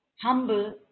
humble